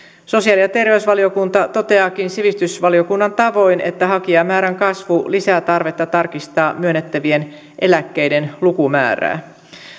sosiaali ja terveysvaliokunta toteaakin sivistysvaliokunnan tavoin että hakijamäärän kasvu lisää tarvetta tarkistaa myönnettävien eläkkeiden lukumäärää